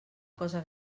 cosa